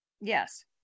Yes